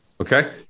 Okay